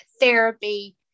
therapy